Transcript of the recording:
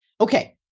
Okay